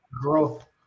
growth